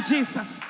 Jesus